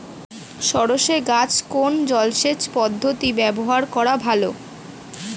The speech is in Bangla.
সরষে গাছে কোন জলসেচ পদ্ধতি ব্যবহার করা ভালো?